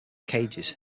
cages